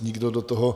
Nikdo do toho...